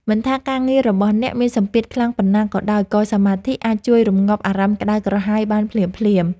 មិនថាការងាររបស់អ្នកមានសម្ពាធខ្លាំងប៉ុណ្ណាក៏ដោយក៏សមាធិអាចជួយរំងាប់អារម្មណ៍ក្តៅក្រហាយបានភ្លាមៗ។